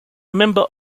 member